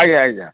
ଆଜ୍ଞା ଆଜ୍ଞା